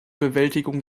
bewältigung